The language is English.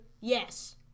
Yes